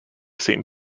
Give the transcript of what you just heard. same